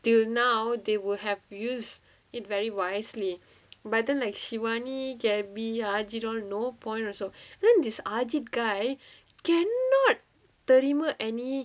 they will now they will have use it very wisely but then like shivani gabby ajeedh all no point also then this ajeedh guy cannot தெரியுமா:theriyumaa any